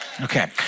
Okay